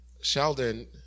Sheldon